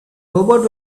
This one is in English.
robot